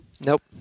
Nope